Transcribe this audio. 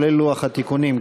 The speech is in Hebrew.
כולל לוח התיקונים,